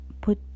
put